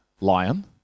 lion